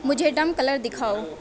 مجھے ڈم کلر دکھاؤ